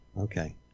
Okay